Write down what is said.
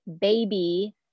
Baby